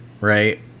Right